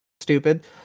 stupid